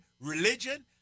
religion